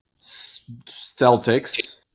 Celtics